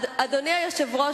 אדוני היושב-ראש,